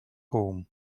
home